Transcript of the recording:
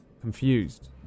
Confused